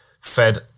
fed